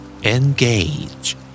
Engage